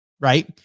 Right